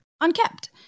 unkept